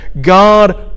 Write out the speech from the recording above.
God